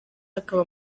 akaba